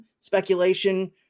speculation